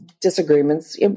disagreements